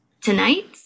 tonight